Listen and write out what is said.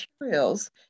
materials